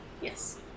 Yes